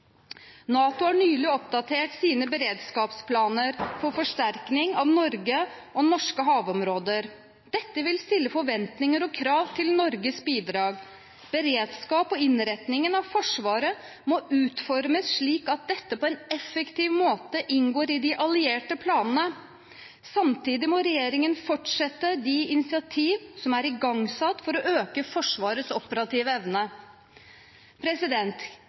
NATO har nylig oppdatert sine beredskapsplaner for forsterkning av Norge og norske havområder. Dette vil stille forventninger og krav til Norges bidrag. Beredskap og innretningen av Forsvaret må utformes slik at dette på en effektiv måte inngår i de allierte planene. Samtidig må regjeringen fortsette de initiativ som er igangsatt for å øke Forsvarets operative evne.